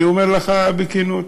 אני אומר לך בכנות,